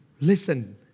listen